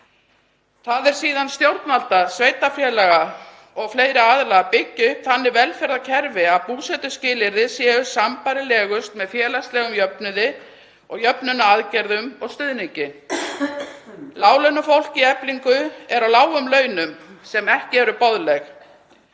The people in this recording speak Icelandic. Það er síðan stjórnvalda, sveitarfélaga og fleiri aðila að byggja upp þannig velferðarkerfi að búsetuskilyrði séu sambærilegust með félagslegum jöfnuði, jöfnunaraðgerðum og stuðningi. Láglaunafólk í Eflingu er á lágum launum sem ekki eru boðleg